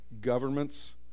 Governments